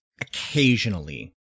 Occasionally